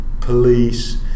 police